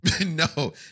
No